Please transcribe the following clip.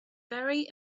very